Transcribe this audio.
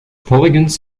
polygons